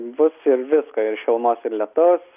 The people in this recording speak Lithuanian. bus ir visko ir šilumos ir lietaus